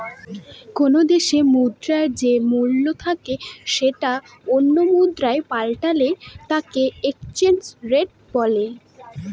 কোনো দেশে মুদ্রার যে মূল্য থাকে সেটা অন্য মুদ্রায় পাল্টালে তাকে এক্সচেঞ্জ রেট বলে